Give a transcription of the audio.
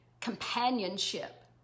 companionship